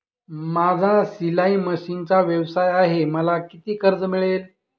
माझा शिलाई मशिनचा व्यवसाय आहे मला किती कर्ज मिळेल?